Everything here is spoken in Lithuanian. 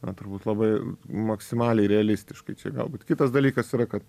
na turbūt labai maksimaliai realistiškai čia galbūt kitas dalykas yra kad